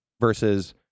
versus